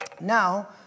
Now